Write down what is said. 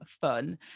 fun